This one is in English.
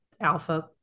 alpha